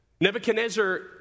Nebuchadnezzar